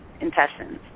intestines